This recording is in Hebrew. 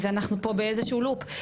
אנחנו פה באיזשהו "לופ".